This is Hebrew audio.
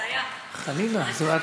זה היה, להפך, חלילה.